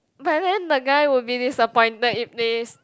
but then the guy will be disappointed if they